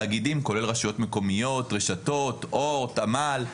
כולל רשויות מקומיות, רשתות, אורט, עמל,